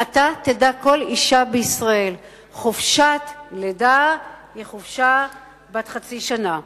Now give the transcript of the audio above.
מעתה תדע כל אשה בישראל: חופשת לידה היא חופשה בת חצי שנה.